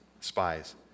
spies